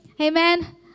Amen